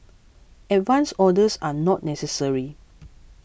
advance orders are not necessary